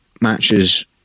matches